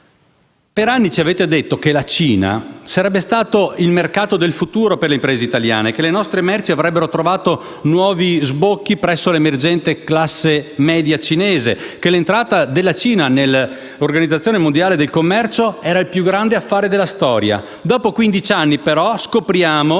Per anni ci avete detto che la Cina sarebbe stata il mercato del futuro per le imprese italiane, che le nostre merci avrebbero trovato nuovi sbocchi presso l'emergente classe media cinese, che l'entrata della Cina nell'Organizzazione mondiale del commercio era il più grande affare della storia; dopo quindici anni, però, scopriamo